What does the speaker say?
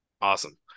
Awesome